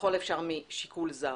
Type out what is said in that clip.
האפשר משיקול זר.